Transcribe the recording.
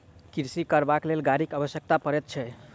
कृषि करबाक लेल गाड़ीक आवश्यकता पड़ैत छै